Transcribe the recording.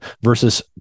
versus